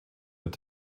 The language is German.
wird